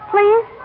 Please